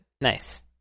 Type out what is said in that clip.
Nice